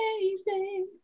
amazing